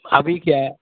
अभी क्या है